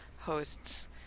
hosts